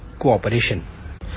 cooperation